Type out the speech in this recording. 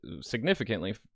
significantly